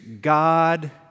God